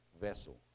vessel